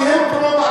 כי הם פרו-מערביים,